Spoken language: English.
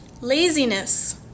Laziness